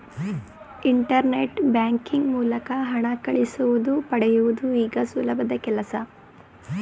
internet banking ಮೂಲಕ ಹಣ ಕಳಿಸುವುದು ಪಡೆಯುವುದು ಈಗ ಸುಲಭದ ಕೆಲ್ಸ